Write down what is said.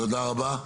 תודה רבה.